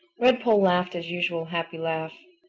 redpoll laughed his usual happy laugh.